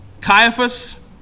Caiaphas